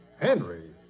Henry